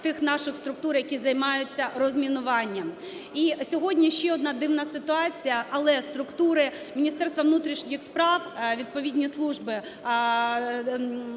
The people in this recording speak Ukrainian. тих наших структур, які займаються розмінуванням. І сьогодні ще одна дивна ситуація, але структури Міністерства внутрішніх справ, відповідні служби